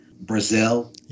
Brazil